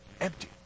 Empty